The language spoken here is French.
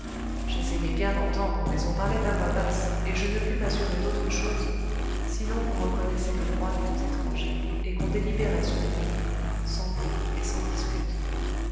j'essayai bien d'entendre mais on parlait à voix basse et je ne pus m'assurer d'autre chose sinon qu'on reconnaissait le droit des deux étrangers et qu'on délibérait sur le concours sans bruit et sans dispute